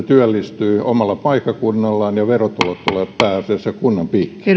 työllistyy omalla paikkakunnallaan ja verotulot tulevat pääasiassa kunnan piikkiin